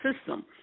system